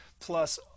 plus